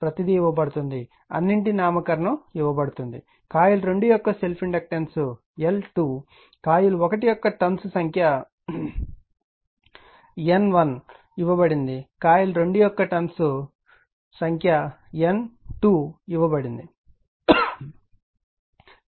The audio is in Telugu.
ప్రతీది ఇవ్వబడుతుంది అన్నింటి నామకరణం ఇవ్వబడుతుంది కాయిల్2 యొక్క సెల్ఫ్ ఇండక్టెన్స్ L2 కాయిల్ 1 యొక్క టర్న్స్ సంఖ్య N1 ఇవ్వబడింది కాయిల్ 2 టర్న్స్ సంఖ్య N2 ఇవ్వబడింది